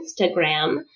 Instagram